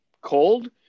cold